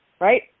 Right